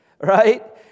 Right